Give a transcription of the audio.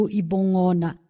ibongona